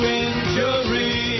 injury